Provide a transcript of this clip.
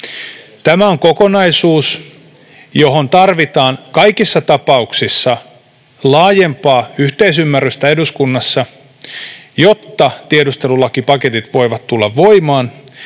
Tämä on kokonaisuus, johon tarvitaan kaikissa tapauksissa laajempaa yhteisymmärrystä eduskunnassa. Jotta tiedustelulakipaketit voivat tulla voimaan,